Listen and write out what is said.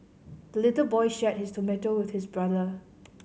the little boy shared his tomato with his brother